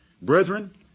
Brethren